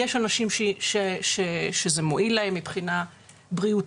יש אנשים שזה מועיל להם מבחינה בריאותית,